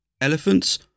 Elephants